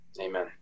Amen